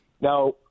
Now